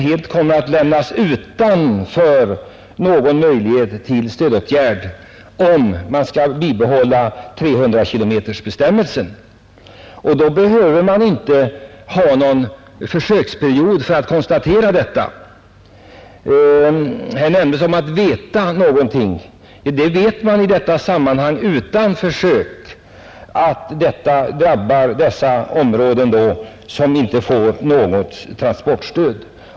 För dessa transporter kommer stöd inte att utgå om 300-kilometersbestämmelsen bibehålles. Det behövs ingen försöksperiod för att man skall konstatera det. Man vet utan försök att den bestämmelsen drabbar dessa områden, som alltså inte får något transportstöd.